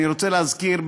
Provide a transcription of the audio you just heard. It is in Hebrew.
אני רוצה להזכיר,